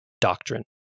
doctrine